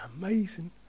amazing